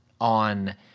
on